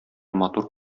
матур